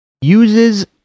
uses